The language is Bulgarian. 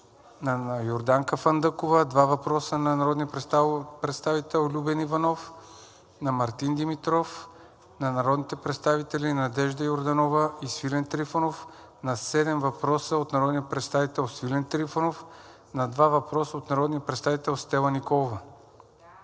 Йорданка Фандъкова; 2 въпроса на народния представител Любен Иванов; на Мартин Димитров; на народните представители Надежда Йорданова и Свилен Трифонов; на 7 въпроса на народния представител Свилен Трифонов; на 2 въпроса на народния представител Стела Николова;